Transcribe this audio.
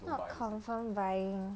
not confirmed buying